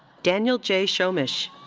daniel j. schomisch.